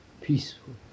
peaceful